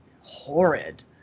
horrid